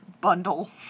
bundle